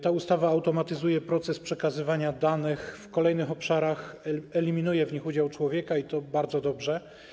Ta ustawa automatyzuje proces przekazywania danych w kolejnych obszarach, eliminuje w nich udział człowieka, i to jest bardzo dobre.